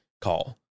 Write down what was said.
call